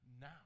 now